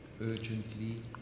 urgently